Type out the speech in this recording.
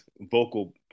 vocal